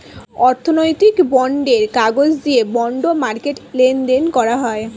অর্থনৈতিক বন্ডের কাগজ দিয়ে বন্ড মার্কেটে লেনদেন করা হয়